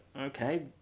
okay